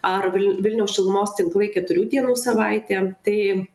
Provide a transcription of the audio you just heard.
ar vil vilniaus šilumos tinklai keturių dienų savaitė tai